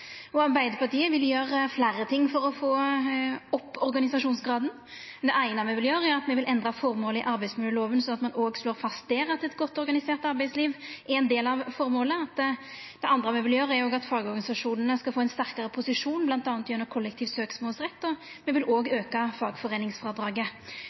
samfunnet. Arbeidarpartiet vil gjera fleire ting for å få opp organisasjonsgraden. Det eine me vil gjera, er å endra formålet i arbeidsmiljøloven, sånn at me òg slår fast der at eit godt organisert arbeidsliv er ein del av formålet. Det andre me vil gjera, er at fagorganisasjonane skal få ein sterkare posisjon, bl.a. gjennom kollektiv søksmålsrett, og me vil